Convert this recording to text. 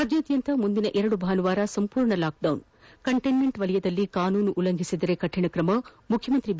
ರಾಜ್ಯಾದ್ಯಂತ ಮುಂದಿನ ಎರಡು ಭಾನುವಾರ ಸಂಪೂರ್ಣ ಲಾಕ್ಡೌನ್ ಕಂಟ್ಟಿನ್ಮೆಂಟ್ ವಲಯದಲ್ಲಿ ಕಾನೂನು ಉಲ್ಲಂಘಿಸಿದರೆ ಕಠಿಣ ಕ್ರಮ ಮುಖ್ಯಮಂತ್ರಿ ಬಿ